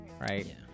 right